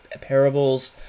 parables